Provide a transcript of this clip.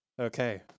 Okay